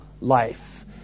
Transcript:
life